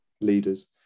leaders